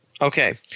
Okay